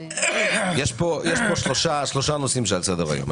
יש פה שלושה נושאים שעל סדר-היום.